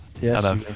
Yes